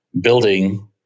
building